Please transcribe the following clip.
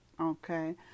Okay